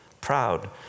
proud